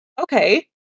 Okay